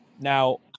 Now